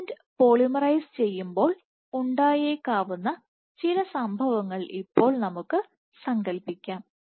filament polymerise ചെയ്യുമ്പോൾ ഉണ്ടായേക്കാവുന്ന ചില സംഭവങ്ങൾ ഇപ്പോൾ നമുക്ക് സങ്കൽപ്പിക്കാം